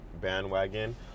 bandwagon